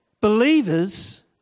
Believers